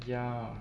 ya